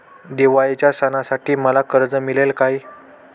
दिवाळीच्या सणासाठी मला कर्ज मिळेल काय?